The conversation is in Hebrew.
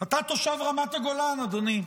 אתה תושב רמת הגולן, אדוני,